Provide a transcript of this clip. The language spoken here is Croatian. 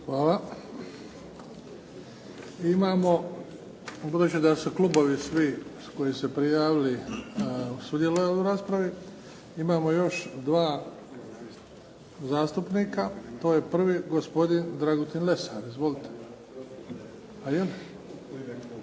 Hvala. Imamo, budući da su klubovi svi koji su se prijavili, sudjelovali u raspravi, imamo još dva zastupnika. To je prvi gospodin Dragutin Lesar. Izvolite. … /Upadica se ne